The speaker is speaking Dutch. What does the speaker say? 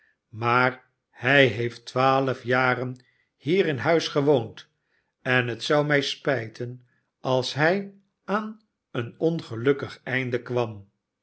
maar hij heeft twaalf jaren hier in huis gewoond en het zou mij spijten als hij aan een ongelukkig einde kwam